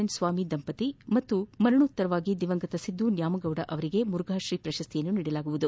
N Swamy ದಂಪತಿ ಹಾಗೂ ಮರಣೋತ್ತರವಾಗಿ ದಿವಂಗತ ಸಿದ್ದು ನ್ಯಾಮೇಗೌದ ಅವರಿಗೆ ಮುರುಫಾಶ್ರೀ ಪ್ರಶಸ್ತಿ ನೀಡಲಾಗುತ್ತಿದೆ